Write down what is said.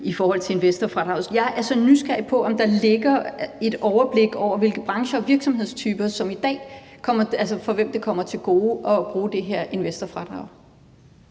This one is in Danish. forhandle om investorfradraget. Jeg er nysgerrig på, om der ligger et overblik over, hvilke brancher og virksomhedstyper det i dag kommer til gode at bruge det her investorfradrag.